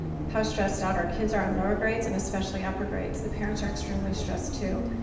how stressed out our kids are on lower grades and especially upper grades. the parents are extremely stressed too.